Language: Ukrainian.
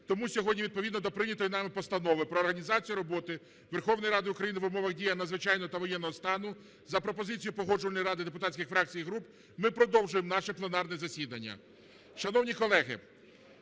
тому сьогодні відповідно до прийнятої нами Постанови про організацію роботи Верховної Ради України в умовах дії надзвичайного та воєнного стану за пропозицією Погоджувальної ради депутатських фракцій і груп ми продовжуємо наше пленарне засідання. Шановні колеги…